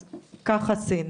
אז כך עשינו.